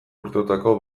urteotako